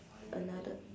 another